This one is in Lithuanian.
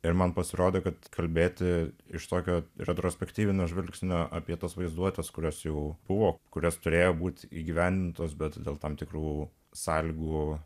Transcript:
ir man pasirodė kad kalbėti iš tokio retrospektyvinio žvilgsnio apie tos vaizduotės kurios jau buvo kurias turėjo būti įgyvendintos bet dėl tam tikrų sąlygų